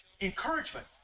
encouragement